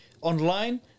online